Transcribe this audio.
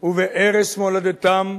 ובערש מולדתם,